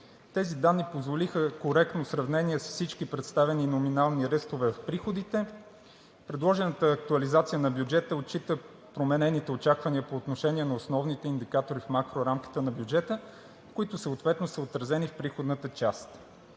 Тези данни позволиха коректно сравнение с всички представени номинални ръстове в приходите. Предложената актуализация на бюджета отчита променените очаквания по отношение на основните индикатори в макрорамката на бюджета, които съответно са отразени в приходната част.